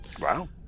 Wow